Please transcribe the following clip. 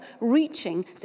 reaching